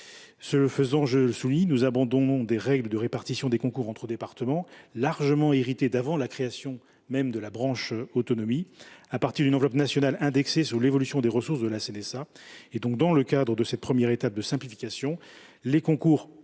Ce faisant, je le souligne, nous abandonnons des règles de répartition des concours entre départements, largement héritées d’une période antérieure à la création de la branche autonomie, qui avaient été établies à partir d’une enveloppe nationale indexée sur l’évolution des ressources de la CNSA. Dans le cadre de cette première étape de simplification, les concours